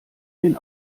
den